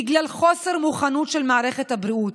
בגלל חוסר מוכנות של מערכת הבריאות.